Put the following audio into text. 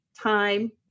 time